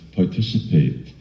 participate